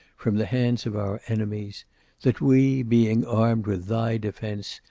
from the hands of our enemies that we, being armed with thy defense,